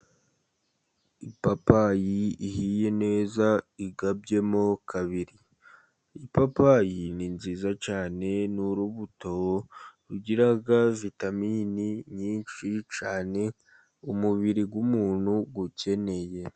Ipapayi ihiye neza igabyemo kabiri. Ipapayi ni nziza cyane ni urubuto rugira vitamini nyinshi cyane umubiri w'umuntu ukeneye.